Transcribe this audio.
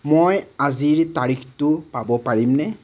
মই আজিৰ তাৰিখটো পাব পাৰিমনে